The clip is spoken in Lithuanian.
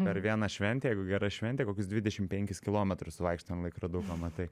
per vieną šventę jeigu gera šventė kokius dvidešim penkis kilometrus suvaikštom an laikroduko matai